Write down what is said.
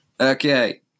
Okay